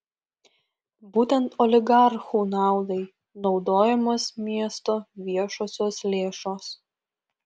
būtent oligarchų naudai naudojamos miesto viešosios lėšos